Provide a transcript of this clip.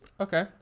Okay